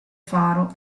faro